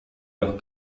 los